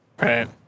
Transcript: right